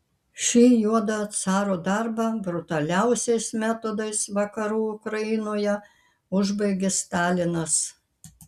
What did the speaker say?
šį juodą caro darbą brutaliausiais metodais vakarų ukrainoje užbaigė stalinas